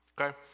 okay